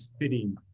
fitting